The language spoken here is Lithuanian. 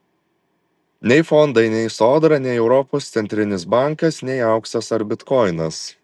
nei fondai nei sodra nei europos centrinis bankas nei auksas ar bitkoinas